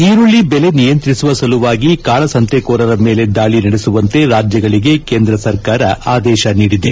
ಈರುಳ್ದ ಬೆಲೆಯನ್ನು ನಿಯಂತ್ರಿಸುವ ಸಲುವಾಗಿ ಕಾಳಸಂತೆಕೋರರ ಮೇಲೆ ದಾಳಿ ನಡೆಸುವಂತೆ ರಾಜ್ಲಗಳಿಗೆ ಕೇಂದ್ರ ಸರ್ಕಾರ ಆದೇಶ ನೀಡಿದೆ